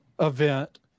event